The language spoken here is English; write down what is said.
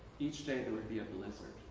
each day there would be a blizzard.